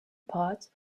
part